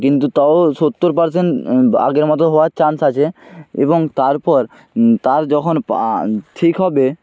কিন্তু তাও সত্তর পার্সেন্ট আগের মতো হওয়ার চান্স আছে এবং তারপর তার যখন পা ঠিক হবে